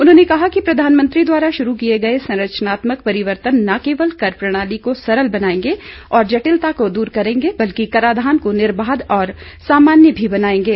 उन्होंने कहा कि प्रधानमंत्री द्वारा शुरू किए गए संरचनात्मक परिवर्तन न केवल कर प्रणाली को सरल बनाएंगे और जटिलता को दूर करेंगे बल्कि कराधान को निर्बाध और सामान्य भी बनाएंगे